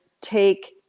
take